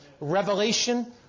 Revelation